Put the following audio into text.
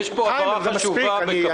אתה באמת לא מבין?